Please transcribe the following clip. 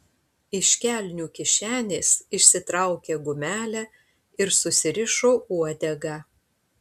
iš kelnių kišenės išsitraukė gumelę ir susirišo uodegą